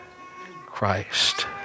Christ